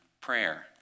prayer